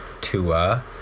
Tua